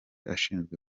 ashinzwe